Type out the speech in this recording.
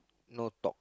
no talk